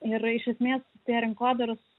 ir iš esmės tie rinkodaros